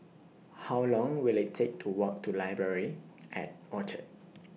How Long Will IT Take to Walk to Library At Orchard